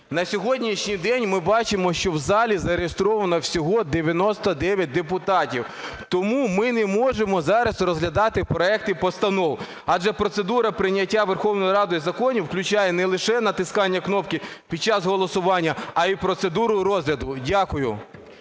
На сьогоднішній день ми бачимо, що в залі зареєстровано всього 99 депутатів. Тому ми не можемо зараз розглядати проекти постанов, адже процедура прийняття Верховною Радою законів включає не лише натискання кнопки під час голосування, а і процедуру розгляду. Дякую.